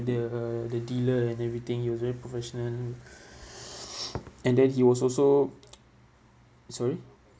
the the dealer and everything he was very professional and then he was also sorry